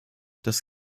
das